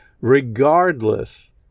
regardless